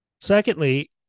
Secondly